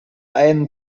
ein